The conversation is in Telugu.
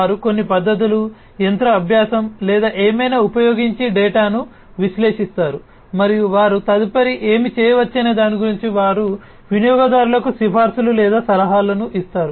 వారు కొన్ని పద్ధతులు యంత్ర అభ్యాసం లేదా ఏమైనా ఉపయోగించి డేటాను విశ్లేషిస్తారు మరియు వారు తదుపరి ఏమి చేయవచ్చనే దాని గురించి వారు వినియోగదారులకు సిఫార్సులు లేదా సలహాలను ఇస్తారు